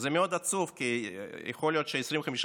וזה מאוד עצוב, כי יכול להיות ש-25%